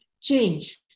change